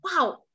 wow